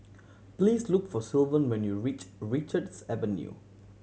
please look for Sylvan when you reach Richards Avenue